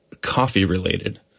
coffee-related